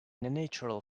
natural